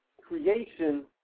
creation